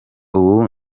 ubu